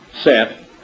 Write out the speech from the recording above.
set